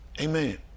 Amen